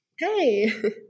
Hey